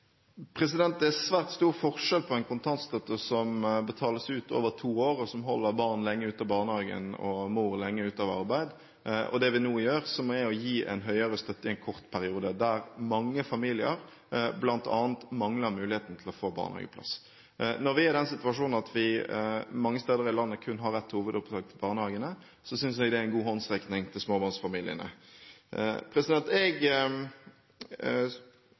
Det er svært stor forskjell på en kontantstøtte som betales utover to år, og som holder barn lenge ute av barnehagen og moren lenge ute av arbeid, og det vi nå gjør, som er å gi en høyere støtte en kort periode der mange familier bl.a. mangler muligheten til å få barnehageplass. Når vi er i den situasjon at vi mange steder i landet kun har ett hovedopptak til barnehagene, synes jeg det er en god håndsrekning til småbarnsfamiliene. Jeg